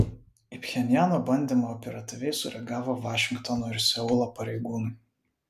į pchenjano bandymą operatyviai sureagavo vašingtono ir seulo pareigūnai